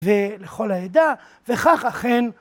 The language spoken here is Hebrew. ולכל העדה וכך אכן